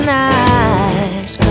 nice